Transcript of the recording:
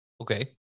Okay